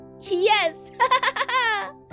Yes